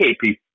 people